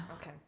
Okay